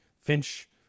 Finch